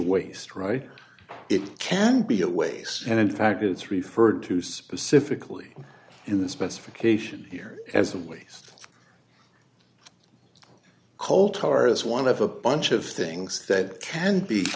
waste right or it can be a waste and in fact it's referred to specifically in the specification here as a waste coal tar is one of a bunch of things that can be